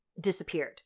disappeared